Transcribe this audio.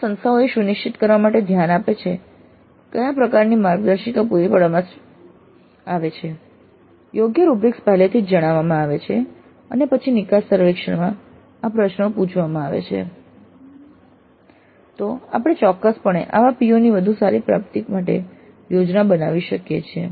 જો સંસ્થાઓ એ સુનિશ્ચિત કરવા માટે ધ્યાન આપે છે કે કયા પ્રકારની માર્ગદર્શિકા પૂરી પાડવામાં આવે છે યોગ્ય રૂબ્રિક્સ પહેલેથી જણાવવામાં આવે છે અને પછી નિકાસ સર્વેક્ષણમાં આ પ્રશ્નો પૂછવામાં આવે છે તો આપણે ચોક્કસપણે આવા POની વધુ સારી પ્રાપ્તિ માટે યોજના બનાવી શકીએ છીએ